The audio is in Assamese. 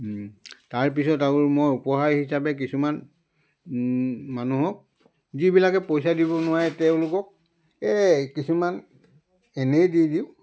তাৰপিছত আৰু মই উপহাৰ হিচাপে কিছুমান মানুহক যিবিলাকে পইচা দিব নোৱাৰে তেওঁলোকক এই কিছুমান এনেই দি দিওঁ